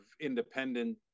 independent